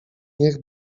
niech